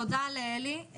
תודה לאלי.